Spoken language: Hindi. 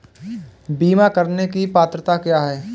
बीमा करने की पात्रता क्या है?